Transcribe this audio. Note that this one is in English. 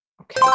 Okay